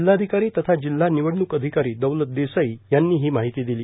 जिल्हाधिकारी तथा जिल्हा निवडणूक अधिकारी दौलत देसाई यांनी ही माहिती दिली